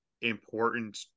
important